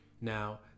now